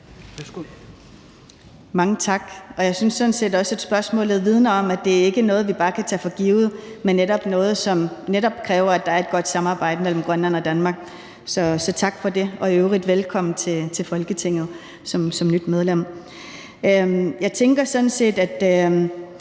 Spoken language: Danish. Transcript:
Mange tak. Jeg synes sådan set også, at spørgsmålet vidner om, at det ikke er noget, vi bare kan tage for givet, men netop noget, som kræver, at der er et godt samarbejde mellem Grønland og Danmark. Så tak for det – og i øvrigt velkommen til Folketinget som nyt medlem. Jeg tænker sådan set, at